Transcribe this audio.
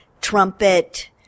trumpet